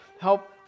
help